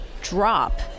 drop